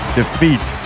defeat